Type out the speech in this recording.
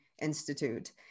institute